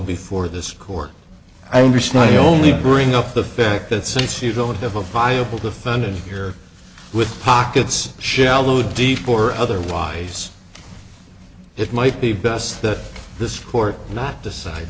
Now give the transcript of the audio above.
before this court i understand you only bring up the fact that since you don't have a viable defendant here with pockets shallow deep or otherwise it might be best that this court cannot decide